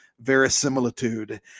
verisimilitude